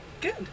Good